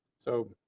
so